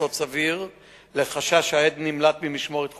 יסוד סביר לחשש שהעד נמלט ממשמורת חוקית,